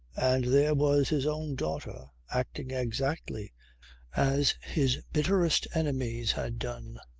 and there was his own daughter acting exactly as his bitterest enemies had done.